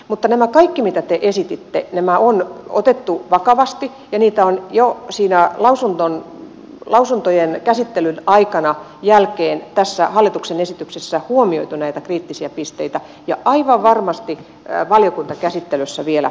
mutta nämä kaikki mitä te esititte on otettu vakavasti ja jo siinä lausuntojen käsittelyn aikana ja jälkeen tässä hallituksen esityksessä on huomioitu näitä kriittisiä pisteitä ja aivan varmasti valiokuntakäsittelyssä vielä niitä on